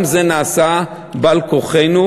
גם זה נעשה על כורחנו,